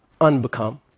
unbecome